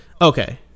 Okay